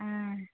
ఆ